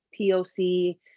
POC